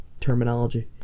terminology